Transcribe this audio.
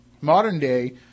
modern-day